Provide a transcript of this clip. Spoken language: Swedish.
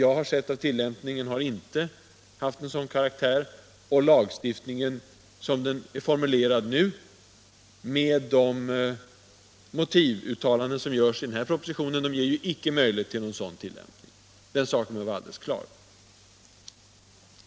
Vad jag sett av tillämpningen har inte 67 haft en sådan karaktär, och lagstiftningen, som den är formulerad nu, med de motivuttalanden som görs i den här propositionen, ger icke möjlighet till någon sådan tillämpning. Den saken är alldeles klar.